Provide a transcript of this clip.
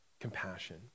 compassion